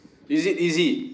is it easy